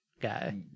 guy